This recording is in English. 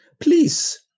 Please